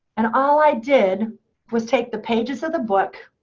and all i did was take the pages of the book,